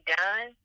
done